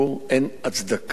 אין הצדקה.